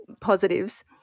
positives